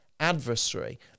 adversary